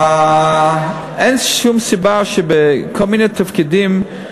אין שום סיבה שבכל מיני תפקידים,